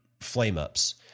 flame-ups